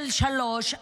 שלוש,